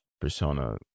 Persona